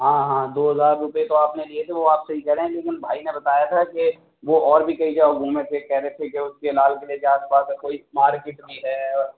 ہاں ہاں دو ہزار روپے تو آپ نے لیے تھے وہ آپ صحیح کہہ رہے ہیں لیکن بھائی نے بتایا تھا کہ وہ اور بھی کئی جگہ گُھومے تھے کہہ رہے تھے کہ اُس کے لال قلعہ کے آس پاس میں کوئی مارکیٹ بھی ہے